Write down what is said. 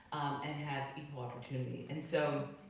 and have equal opportunity. and so,